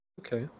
Okay